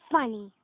Funny